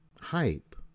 hype